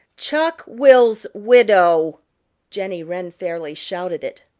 chuck-will's-widow, jenny wren fairly shouted it.